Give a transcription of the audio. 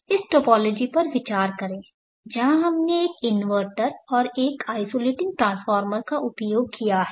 इस टोपोलॉजी पर विचार करें जहां हमने एक इन्वर्टर और एक आइसोलेटिंग ट्रांसफार्मर का उपयोग किया है